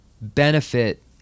benefit